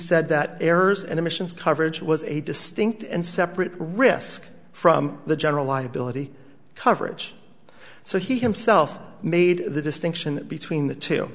said that errors and omissions coverage was a distinct and separate risk from the general liability coverage so he himself made the distinction between the two